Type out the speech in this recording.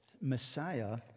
Messiah